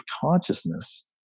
consciousness